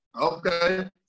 okay